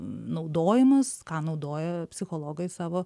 naudojimas ką naudoja psichologai savo